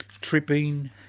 tripping